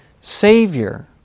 Savior